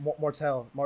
Mortel